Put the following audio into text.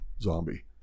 zombie